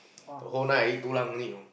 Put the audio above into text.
the whole night I eat Tulang only you know